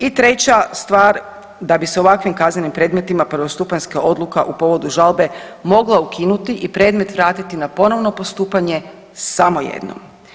I treća stvar da bi se u ovakvim kaznenim predmetima prvostupanjska odluka u povodu žalbe mogla ukinuti i predmet vratiti na ponovno postupanje samo jednom.